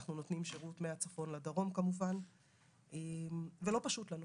אנחנו נותנים שירות מהצפון לדרום כמובן ולא פשוט לנו,